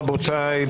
בוקר טוב רבותיי,